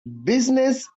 business